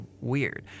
weird